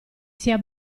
sia